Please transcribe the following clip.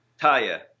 Taya